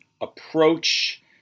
approach